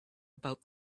about